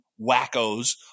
wackos